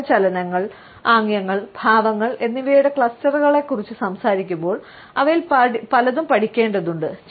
നമ്മുടെ ചലനങ്ങൾ ആംഗ്യങ്ങൾ ഭാവങ്ങൾ എന്നിവയുടെ ക്ലസ്റ്ററുകളെക്കുറിച്ച് സംസാരിക്കുമ്പോൾ അവയിൽ പലതും പഠിക്കേണ്ടതുണ്ട്